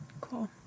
Cool